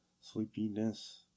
sleepiness